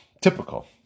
Typical